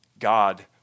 God